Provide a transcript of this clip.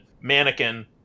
mannequin